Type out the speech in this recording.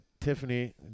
Tiffany